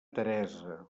teresa